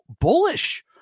bullish